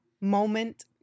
moment